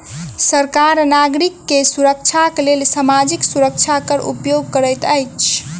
सरकार नागरिक के सुरक्षाक लेल सामाजिक सुरक्षा कर उपयोग करैत अछि